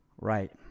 right